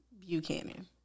Buchanan